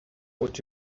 what